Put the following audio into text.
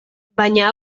baina